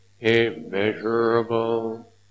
immeasurable